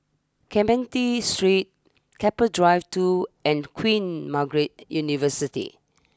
Clementi Street Keppel Drive two and Queen Margaret University